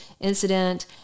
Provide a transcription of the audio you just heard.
incident